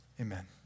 Amen